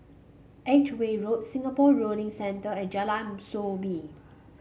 Edgeware Road Singapore Rowing Centre and Jalan Soo Bee